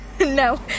no